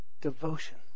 devotion